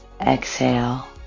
exhale